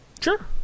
Sure